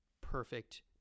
perfect